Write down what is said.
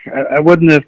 i wouldn't have,